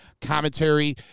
Commentary